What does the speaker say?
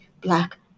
black